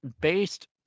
based